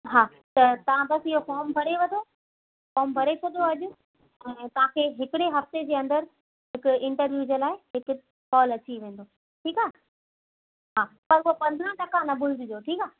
हा त तव्हां बसि इहो फॉर्म भरे वठो फॉर्म भरे छॾियो अॼु ऐं तांखे हिकिड़े हफ़्ते जे अंदरि हिकु इंटरव्यू जे लाइ हिकु कॉल अची वेंदो ठीकु आहे हा पर हो पंदरहां टका न भुलिजिजो ठीकु आहे